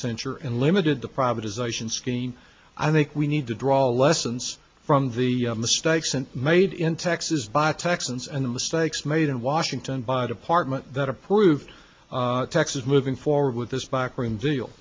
censure and limited to privatization skiing i think we need to draw lessons from the mistakes and made in texas by texans and mistakes made in washington by a department that approved texas moving forward with this backroom deal